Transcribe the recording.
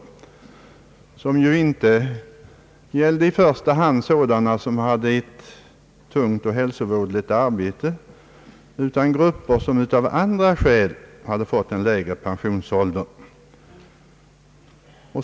Dessa överenskommelser gällde inte i första hand sådana som hade ett tungt och hälsovådligt arbete, utan grupper som av andra skäl hade fått en lägre pensionsålder.